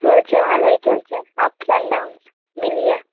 চলছে ভালোই চলছে আপস অ্যান্ড ডাউনস মিলিয়ে